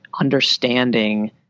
understanding